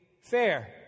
fair